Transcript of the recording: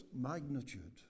magnitude